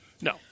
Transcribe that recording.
No